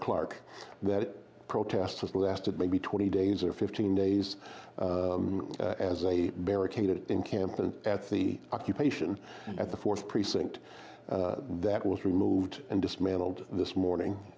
clark that protesters lasted maybe twenty days or fifteen days as a barricaded encampment at the occupation at the fourth precinct that was removed and dismantled this morning